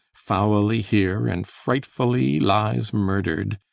foully here and frightfully lies murdered!